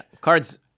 Cards